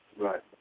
Right